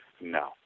no